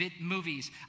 movies